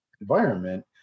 environment